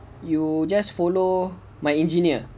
you just follow my engineer